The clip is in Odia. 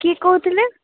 କିଏ କହୁଥିଲେ